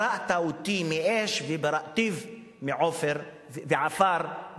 בראת אותי מאש, ובראתיו מעפר וטיט.